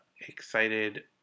excited